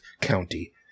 County